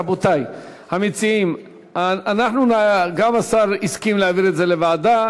רבותי המציעים, גם השר הסכים להעביר את זה לוועדה.